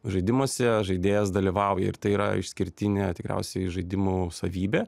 žaidimuose žaidėjas dalyvauja ir tai yra išskirtinė tikriausiai žaidimų savybė